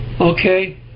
okay